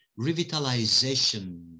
revitalization